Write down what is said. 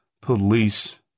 police